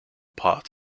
part